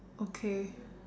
okay